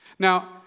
Now